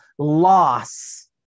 loss